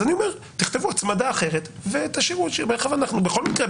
אז אני אומר: תכתבו "הצמדה אחרת" --- בכל מקרה,